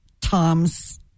Tom's